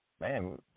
man